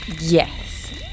yes